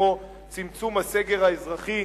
כמו צמצום הסגר האזרחי,